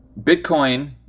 bitcoin